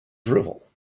drivel